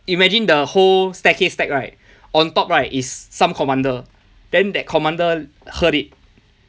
imagine the whole staircase stack right on top right is some commander then that commander heard it